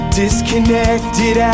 disconnected